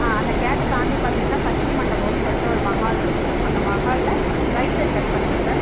ஆ அந்த கேட்டை தாண்டி பார்த்திங்கனா சக்தி மண்டபன்னு சொல்லிட்டு ஒரு மஹாலிருக்கும் அந்த மஹாலில் ரைட் சைட் கட் பண்ணுங்க சார்